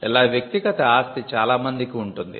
ఇలా వ్యక్తిగత ఆస్తి చాలామందికి ఉంటుంది